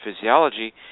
physiology